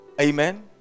Amen